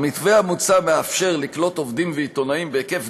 המתווה המוצע מאפשר לקלוט עובדים ועיתונאים בהיקף